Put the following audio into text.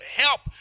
help